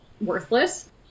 worthless